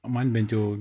man bent jau